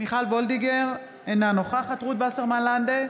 מיכל וולדיגר, אינה נוכחת רות וסרמן לנדה,